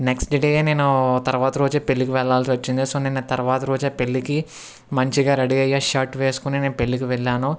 next day నేనూ తర్వాత రోజే పెళ్ళికి వెళ్ళాల్సి వచ్చింది సో నేను ఆ తర్వాత రోజే పెళ్ళికి మంచిగా రెడీ అయ్యాను షర్ట్ వేస్కొని నేను పెళ్ళికి వెళ్ళాను